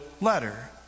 letter